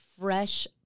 fresh